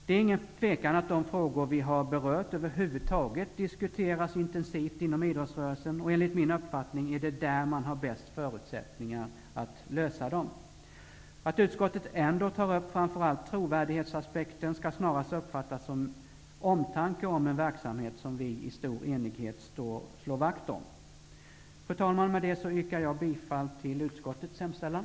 Det är ingen tvekan om att de frågor som vi har berört över huvud taget diskuteras intensivt inom idrottsrörelsen, och enligt min uppfattning är det där man har bäst förutsättningar att lösa dem. Att utskottet ändå tar upp framför allt trovärdighetsaspekten skall snarast uppfattas som omtanke om en verksamhet som vi i stor enighet slår vakt om. Fru talman! Med det yrkar jag bifall till utskottets hemställan.